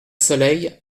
soleil